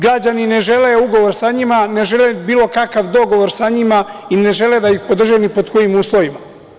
Građani ne žele ugovor sa njima, ne žele bilo kakav dogovor sa njima i ne žele da ih podrže ni pod kojim uslovima.